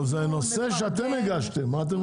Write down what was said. זה נושא שאתם הגשתם, מה אתם רוצים?